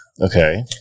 Okay